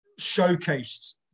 showcased